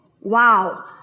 wow